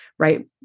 right